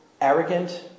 arrogant